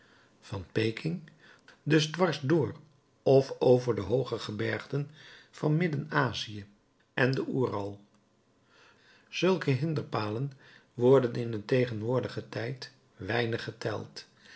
pekin dus dwars door of over de hooge gebergten van midden azië en den oeral zulke hinderpalen worden in den tegenwoordigen tijd weinig geteld